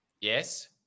Yes